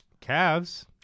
Cavs